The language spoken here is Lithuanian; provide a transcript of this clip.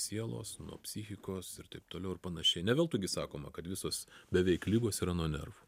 sielos nuo psichikos ir taip toliau ir panašiai ne veltui gi sakoma kad visos beveik ligos yra nuo nervų